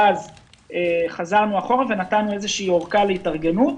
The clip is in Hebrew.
ואז חזרנו אחורה ונתנו איזושהי אורכה להתארגנות,